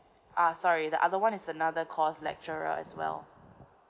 uh sorry the other one is another course lecturer as well